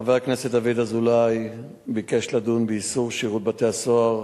חבר הכנסת דוד אזולאי ביקש לדון באיסור של שירות בתי-הסוהר